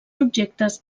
objectes